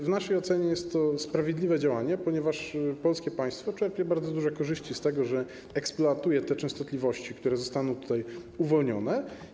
W naszej ocenie jest to sprawiedliwe działanie, ponieważ polskie państwo czerpie bardzo duże korzyści z tego, że eksploatuje częstotliwości, które zostaną uwolnione.